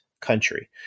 country